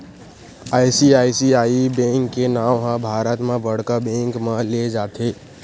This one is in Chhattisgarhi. आई.सी.आई.सी.आई बेंक के नांव ह भारत म बड़का बेंक म लेय जाथे